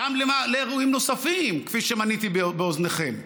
גם לאירועים נוספים, כפי שמניתי באוזניכם.